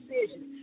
decisions